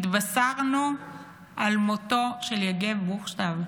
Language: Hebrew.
התבשרנו על מותו של יגב בוכשטב,